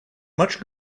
much